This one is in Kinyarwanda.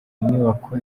nyubako